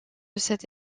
cette